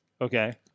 Okay